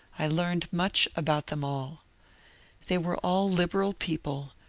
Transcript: i learned much about them all they were all liberal people,